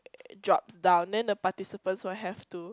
drops down then the participants will have to